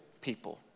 people